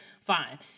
fine